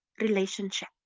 relationship